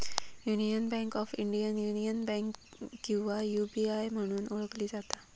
union Bank of India, Union Bank किंवा UBI म्हणून ओळखली जाता